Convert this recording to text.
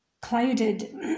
clouded